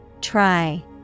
Try